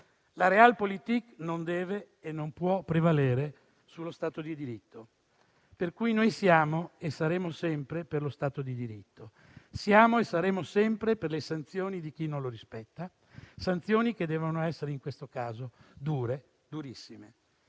la *Realpolitik* non deve e non può prevalere sullo stato di diritto: noi siamo e saremo sempre per lo stato di diritto. Siamo e saremo sempre per le sanzioni verso chi non lo rispetta; sanzioni che in questo caso devono essere